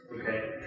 Okay